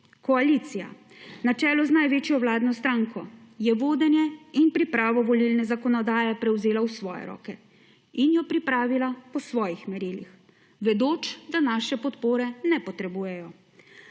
Koalicija na čelu z največjo vladno stranko je vodenje in pripravo volilne zakonodaje prevzela v svoje roke in jo pripravila po svojih merilih, vedoč, da naše podpore ne potrebujejo.